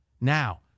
Now